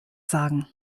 sagen